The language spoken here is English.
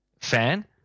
fan